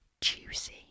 juicy